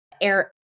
air